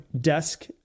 desk